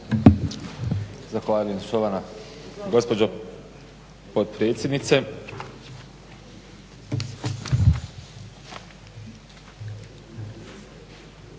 Zahvaljujem štovana gospođo potpredsjednice.